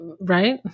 right